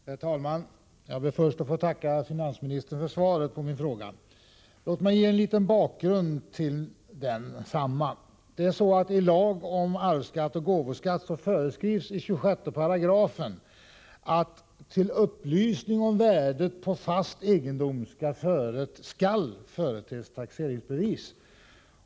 Herr talman! Jag ber först att få tacka finansministern för svaret på min fråga. Låt mig ge en liten bakgrund till frågan. I lagen om arvsoch gåvoskatt föreskrivs i 26 § att till upplysning om värde av fast egendom skall företes taxeringsbevis.